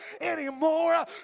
anymore